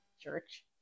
church